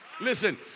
Listen